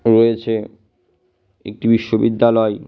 রয়েছে একটি বিশ্ববিদ্যালয়